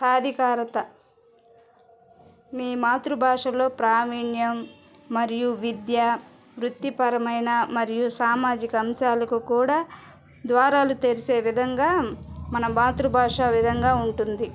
సాధికారత మీ మాతృభాషలో ప్రామీణ్యం మరియు విద్యా వృత్తిపరమైన మరియు సామాజిక అంశాలకు కూడా ద్వారాలు తెరిచే విధంగా మన మాతృభాష విధంగా ఉంటుంది